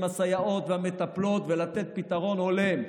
הסייעות ועם המטפלות ולתת פתרון הולם.